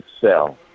sell